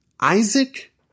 Isaac